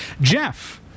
Jeff